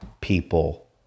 people